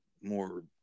more